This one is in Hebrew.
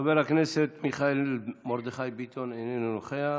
חבר הכנסת מיכאל מרדכי ביטון, איננו נוכח,